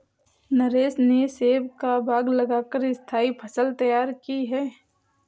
नरेश ने सेब का बाग लगा कर स्थाई फसल तैयार की है